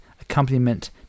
accompaniment